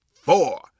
four